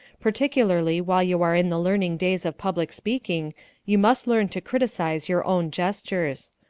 particularly while you are in the learning days of public speaking you must learn to criticise your own gestures.